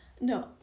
No